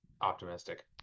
optimistic